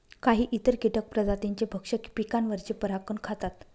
काही इतर कीटक प्रजातींचे भक्षक पिकांवरचे परागकण खातात